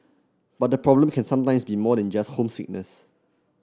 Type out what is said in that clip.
but the problem can sometimes be more than just homesickness